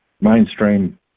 mainstream